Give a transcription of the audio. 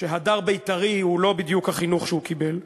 שהדר בית"רי הוא לא בדיוק החינוך שהוא קיבל.